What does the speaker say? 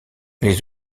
les